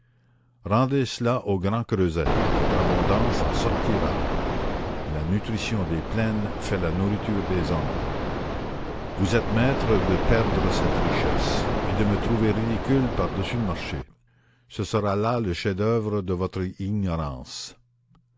rendez cela au grand creuset votre abondance en sortira la nutrition des plaines fait la nourriture des hommes vous êtes maîtres de perdre cette richesse et de me trouver ridicule par-dessus le marché ce sera là le chef-d'oeuvre de votre ignorance